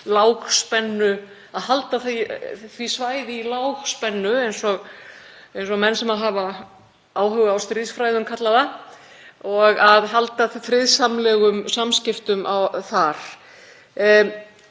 norðurslóðum að halda því svæði í lágspennu, eins og menn sem hafa áhuga á stríðsfræðum kalla það, og að halda friðsamlegum samskiptum þar.